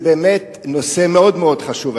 זה באמת נושא מאוד מאוד חשוב,